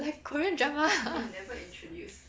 like korean drama